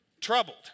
troubled